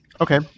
Okay